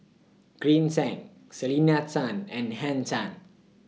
Green Zeng Selena Tan and Henn Tan